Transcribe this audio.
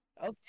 Okay